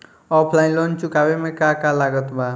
Offline loan चुकावे म का का लागत बा?